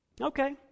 Okay